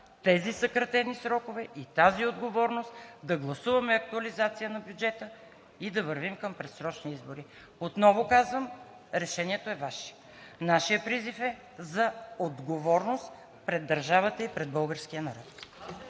тези съкратени срокове и тази отговорност да гласуваме актуализация на бюджета и да вървим към предсрочни избори. Отново казвам: решението е Ваше. Нашият призив е за отговорност пред държавата и пред българския народ.